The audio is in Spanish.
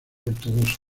ortodoxos